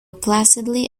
placidly